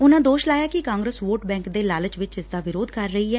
ਉਨਾਂ ਦੋਸ਼ ਲਾਇਆ ਕਿ ਕਾਂਗਰਸ ਵੋਟ ਬੈਂਕ ਦੇ ਲਾਲਚ ਵਿਚ ਇਸਦਾ ਵਿਰੋਧ ਕਰ ਰਹੀ ਐ